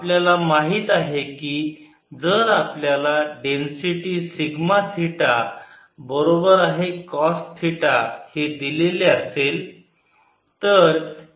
आपल्याला माहित आहे कि जर आपल्याला डेन्सिटी सिग्मा थिटा बरोबर आहे कॉस थिटा हे दिलेले असेल